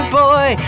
boy